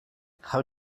how